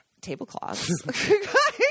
tablecloths